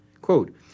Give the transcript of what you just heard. Quote